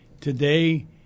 today